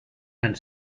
and